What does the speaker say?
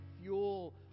fuel